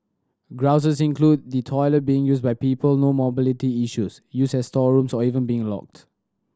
grouses include the toilet being used by people no mobility issues used as storerooms or even being locked